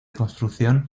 construcción